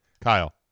Kyle